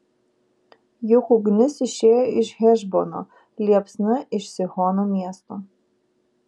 juk ugnis išėjo iš hešbono liepsna iš sihono miesto